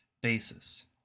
basis